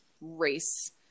race